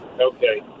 Okay